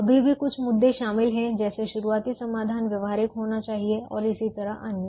अभी भी कुछ मुद्दे शामिल हैं जैसे शुरुआती समाधान व्यवहारिक होना चाहिए और इसी तरह अन्य